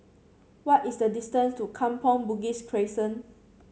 what is the distance to Kampong Bugis Crescent